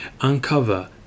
uncover